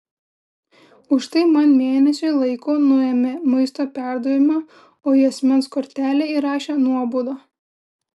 už tai man mėnesiui laiko nuėmė maisto perdavimą o į asmens kortelę įrašė nuobaudą